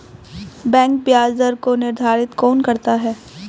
Bank ब्याज दर को निर्धारित कौन करता है?